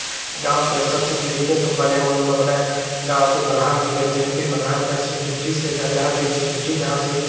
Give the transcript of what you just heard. गाँव के अस्तर से लिखते हैं तो पहले हमलोग अपना गाँव के प्रधान को देते हैं फिर प्रधान के हाथ से सेक्रेटरी से जाता है फिर सेक्रेटरी के यहाँ से